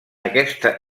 aquesta